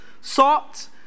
salt